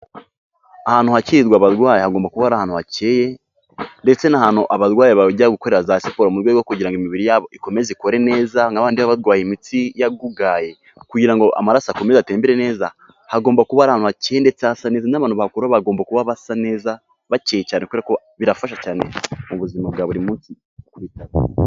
Ahantu hakirwa abarwayi hagomba kuba ari ahantu hacye ndetse n'ahantu abarwayi bajya gukorera za siporo mu rwego kugira ngo imibiri yabo ikomeze ikore neza nka babandi baba barwaye imitsi yagugaye kugira ngo amaraso akomeze atembere neza, hagomba kuba ari ahantu hakeye ndetse hasa neza ndetse n'abantu bahakora bagomba kuba basa neza bakeye cyane kuberako birafasha cyane mu buzima bwa buri munsi ku bitaro.